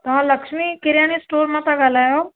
तव्हां लक्ष्मी किरयाने स्टोर मां ता ॻाल्हायो